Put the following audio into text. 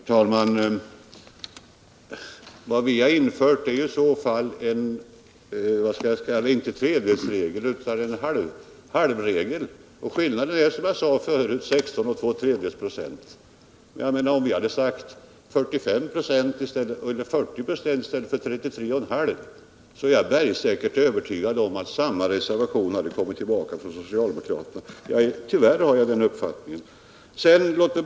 Herr talman! Vad vi inför är i så fall inte en tredjedelsregel utan en hälftenregel. Skillnaden är. som jag sade förut, 16 2/3 926. Om vi hade föreslagit 40 96 i stället för 33,5 96 är jag bergsäker på att samma reservation hade kommit från socialdemokraterna. Tyvärr måste jag ha den uppfattningen.